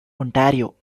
ontario